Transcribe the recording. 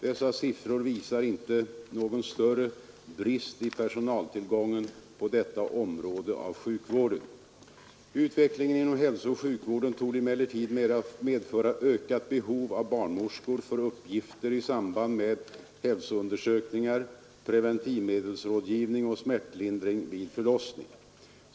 Dessa siffror visar inte någon större brist i personaltillgången på detta område av sjukvården. Utvecklingen inom hälsooch sjukvården torde emellertid medföra ökat behov av barnmorskor för uppgifter i samband med hälsoundersökningar, preventivmedelsrådgivning och smärtlindring vid förlossning.